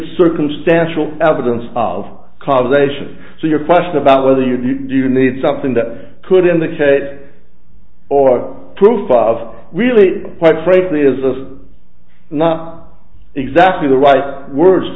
circumstantial evidence of causation so your question about whether you do need something that could indicate or proof of really quite frankly is of not exactly the right words